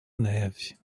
neve